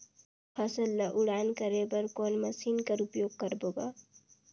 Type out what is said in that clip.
फसल ल उड़ान करे बर कोन मशीन कर प्रयोग करबो ग?